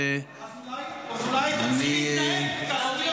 אז אולי אתם צריכים להתנהג כראוי,